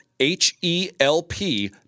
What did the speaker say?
H-E-L-P